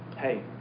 hey